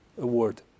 Award